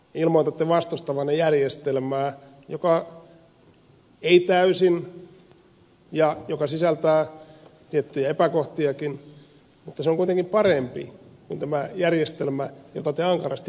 ilmoitatte vastustavanne järjestelmää joka sisältää tiettyjä epäkohtiakin mutta se on kuitenkin parempi kuin tämä järjestelmä jota te ankarasti moititte